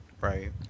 Right